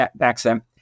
accent